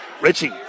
Richie